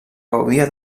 gaudia